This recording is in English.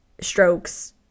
strokes